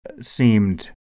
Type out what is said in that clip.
seemed